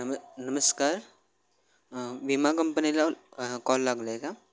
नम नमस्कार विमा कंपनीला कॉल लागला आहे का